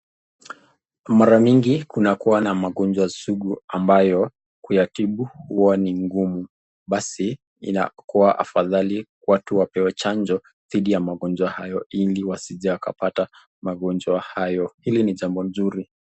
Mara mingi kunakuwa na magonjwa sugu ambayo kuyatibu huwa ni ngumu. Basi inakuwa afadhali watu wapewe chanjo dhidi ya magonjwa hayo ili wasije wakapata magonjwa hayo. Hili ni jambo nzuri.